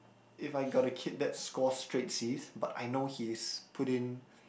if I got the kid that score straight C's but I know he's put in